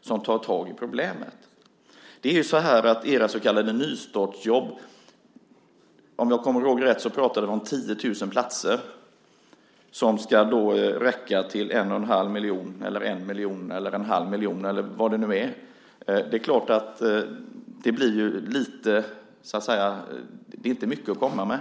som tar tag i problemet. Ta era så kallade nystartsjobb! Om jag kommer ihåg rätt pratar vi om 10 000 platser som ska räcka till en och en halv miljon, en miljon, en halv miljon eller vad det nu är. Det är klart att det inte är mycket att komma med.